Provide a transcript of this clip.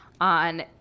on